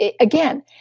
Again